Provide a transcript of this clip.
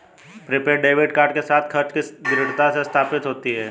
prepaid debit card के साथ, खर्च की सीमा दृढ़ता से स्थापित होती है